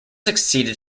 succeeded